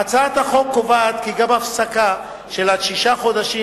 בהצעת החוק מוצע לקבוע כי גם הפסקה עד שישה חודשים